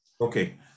Okay